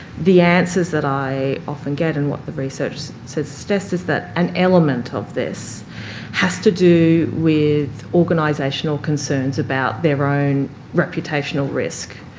the answers that i often get and what the research suggests is that an element of this has to do with organisational concerns about their own reputational risk.